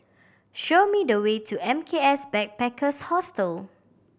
show me the way to M K S Backpackers Hostel